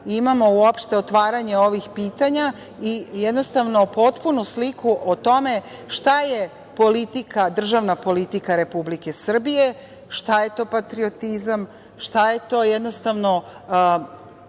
imamo uopšte otvaranje ovih pitanja i jednostavno potpunu sliku o tome šta je državna politika Republike Srbije, šta je to patriotizam, šta je naša obaveza